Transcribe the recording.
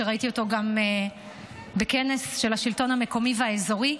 ראיתי אותו גם בכנס של השלטון המקומי והאזורי,